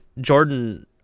Jordan